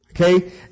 okay